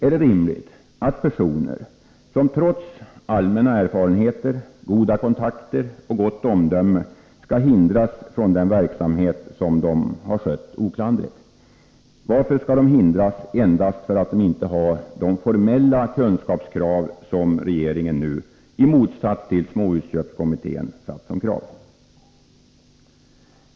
Är det rimligt att personer, trots att de har allmänna erfarenheter, goda kontakter och gott omdöme, skall hindras från den verksamhet som de har skött oklanderligt? Varför skall de hindras endast på grund av att de inte uppfyller de formella kunskapskrav som regeringen nu — i motsats till småhusköpskommittén — satt upp som villkor?